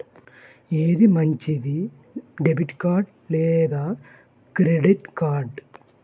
ఏది మంచిది, debit card లేదా క్రెడిట్ కార్డ్?